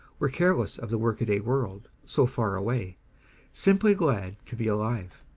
were careless of the workaday world, so far away simply glad to be alive.